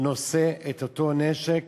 נושא את אותו נשק.